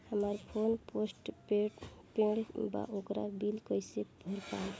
हमार phone postpaid बा ओकर बिल कईसे भर पाएम?